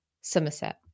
Somerset